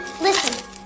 listen